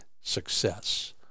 success